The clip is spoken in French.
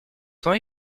temps